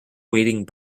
wading